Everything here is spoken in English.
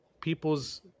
people's